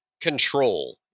control